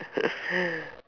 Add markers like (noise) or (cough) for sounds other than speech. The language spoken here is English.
(laughs)